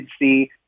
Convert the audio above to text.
see